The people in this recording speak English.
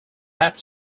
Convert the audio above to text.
have